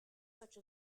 such